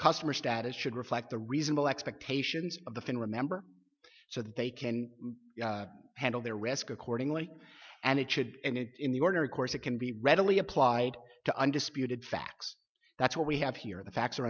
customer status should reflect the reasonable expectations of the finn remember so that they can handle their risk accordingly and it should and in the ordinary course that can be readily applied to undisputed facts that's what we have here are the facts are